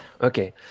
okay